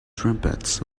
trumpets